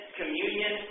communion